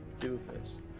doofus